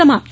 समाप्त